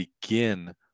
begin